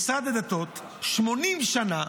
80 שנה